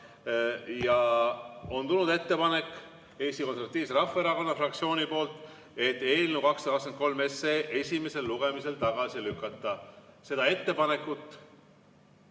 Ja on tulnud ettepanek Eesti Konservatiivse Rahvaerakonna fraktsiooni poolt, et eelnõu 223 esimesel lugemisel tagasi lükata. Seda ettepanekut